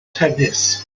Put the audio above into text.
tennis